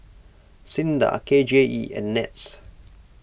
Sinda K J E and NETS